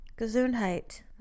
Gesundheit